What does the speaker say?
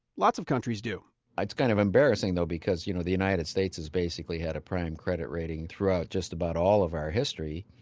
lots of countries do it's kind of embarrassing, though, because, you know, the united states has basically had a prime credit rating throughout just about all of our history.